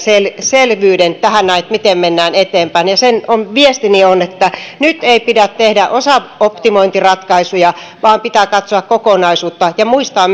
selvyyden tähän näin siitä miten mennään eteenpäin viestini on että nyt ei pidä tehdä osaoptimointiratkaisuja vaan pitää katsoa kokonaisuutta ja muistaa